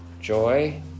joy